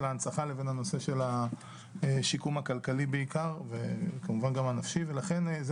ההנצחה לבין הנושא של השיקום הכלכלי בעיקר וכמובן גם הנפשי ולכן זה